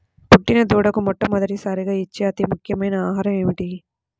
పుట్టిన దూడకు మొట్టమొదటిసారిగా ఇచ్చే అతి ముఖ్యమైన ఆహారము ఏంటి?